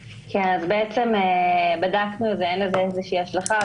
כן, בדקנו את זה, אין לזה איזה שהיא השלכה.